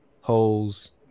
holes